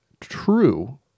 true